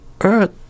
earth